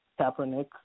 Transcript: Kaepernick